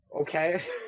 Okay